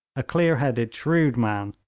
a clearheaded, shrewd man,